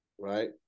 right